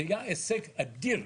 זה היה הישג אדיר.